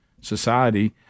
society